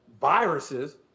viruses